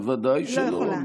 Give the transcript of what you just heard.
בוודאי שלא.